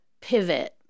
pivot